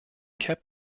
kept